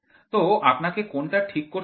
তো আপনাকে কোনটা ঠিক করতে হবে